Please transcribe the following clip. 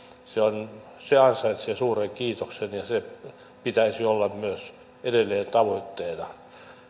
se ansaitsee suuren kiitoksen ja sen pitäisi olla myös edelleen tavoitteena